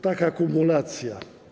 Taka kumulacja.